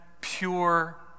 pure